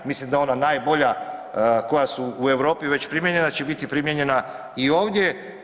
Mislim da ona najbolja koja su u Europi već primijenjena će biti primijenjena i ovdje.